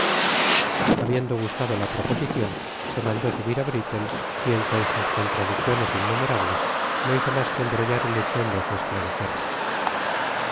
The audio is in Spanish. habiendo gustado la proposicion se mandó subir á britles quien con sus contradicciones innumerables no hizo mas que embrollar el hecho en vez de esclarecerlo